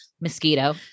mosquito